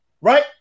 right